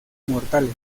mortales